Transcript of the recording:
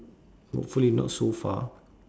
hopefully not so far